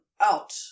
out